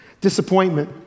Disappointment